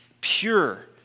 pure